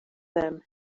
them